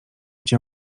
cię